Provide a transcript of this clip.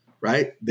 right